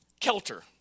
Kelter